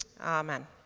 amen